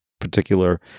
particular